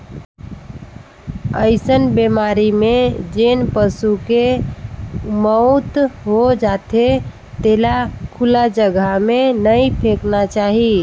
अइसन बेमारी में जेन पसू के मउत हो जाथे तेला खुल्ला जघा में नइ फेकना चाही